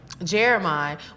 Jeremiah